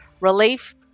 relief